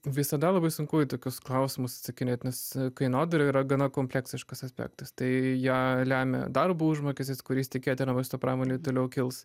visada labai sunku į tokius klausimus atsakinėt nes kainodara yra gana kompleksiškas aspektas tai ją lemia darbo užmokestis kuris tikėtina maisto pramonėje toliau kils